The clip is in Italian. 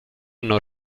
non